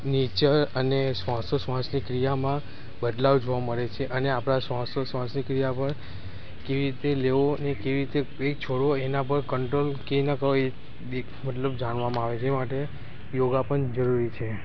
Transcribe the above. nature અને શ્વાસો શ્વાસની ક્રિયામાં બદલાવ જોવા મળે છે અને આપણા શ્વાસો શ્વાસની ક્રિયા પર કેવી રીતે લેવો અને કેવી રીતે ફ્રી છોડવો એના પર કંટ્રોલ કેવી રીતના કરવો એ દેખ મતલબ જાણવામાં આવે છે એ માટે યોગા પણ જરૂરી છે